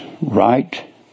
right